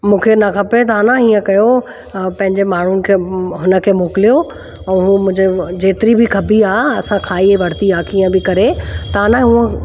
मूंखे न खपे तव्हां न हीअं कयो पंहिंजे माण्हू खे हुन खे मोकिलियो ऐं मुंहिंजे जेतरी बि खबी आ असां खाई वरती आहे कीअं बि करे तव्हां न हुअ